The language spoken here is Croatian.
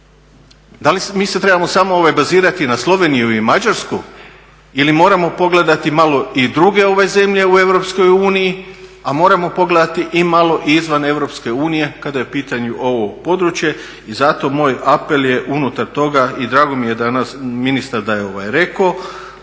Da li se mi isto trebamo bazirati na Sloveniju i Mađarsku ili moramo pogledati mali i druge zemlje u EU, a moramo pogledati i malo izvan EU kada je u pitanju ovo područje. I zato moj apel je unutar toga i drago mi je danas ministar da je rekao